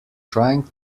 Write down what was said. trying